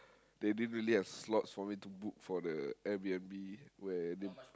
they didn't really have slots for me to book for the air-B_N_B where they